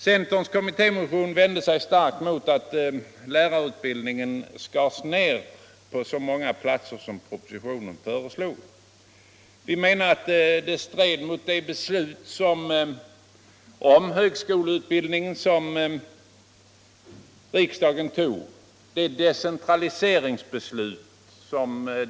Centerns motion vände sig starkt mot att lärarutbildningen skulle skäras ned på så många platser som propositionen föreslog. Vi menar att det stred mot det decentraliseringsbeslut i fråga om högskoleutbildningen som riksdagen fattat.